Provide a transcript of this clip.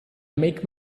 make